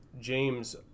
James